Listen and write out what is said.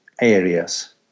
areas